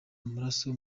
amaraso